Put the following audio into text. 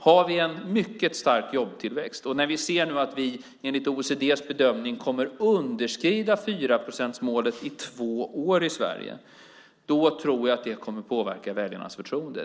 Har vi en mycket stark jobbtillväxt, och när vi ser att vi enligt OECD:s bedömning kommer att underskrida 4-procentsmålet i två år i Sverige, då tror jag att det kommer att påverka väljarnas förtroende.